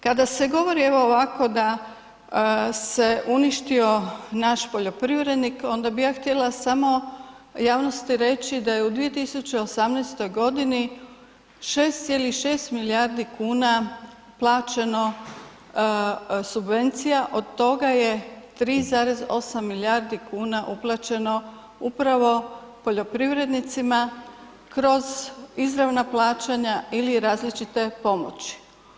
Kada se govori evo ovako da se uništio naš poljoprivrednik, onda bi ja htjela samo javnosti reći da je u 2018. g. 6,6 milijardi kuna plaćeno subvencija, od toga je 3,8 milijardi kuna uplaćeno upravo poljoprivrednicima kroz izravna plaćanja ili različite pomoći.